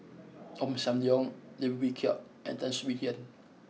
Ong Sam Leong Lim Wee Kiak and Tan Swie Hian